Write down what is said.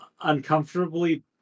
uncomfortably